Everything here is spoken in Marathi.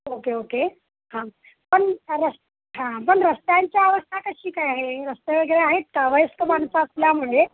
ओके ओके हां पण रस् हां पण रस्त्यांची अवस्था कशी काय आहे रस्ते वगैरे आहेत का वयस्क माणसं असल्यामुळे